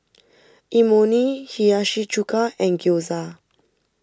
Imoni Hiyashi Chuka and Gyoza